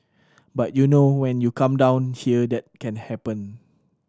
but you know when you come down here that can happen